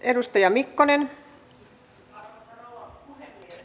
arvoisa rouva puhemies